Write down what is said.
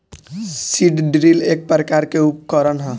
seed drill एक प्रकार के उकरण ह